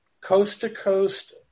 coast-to-coast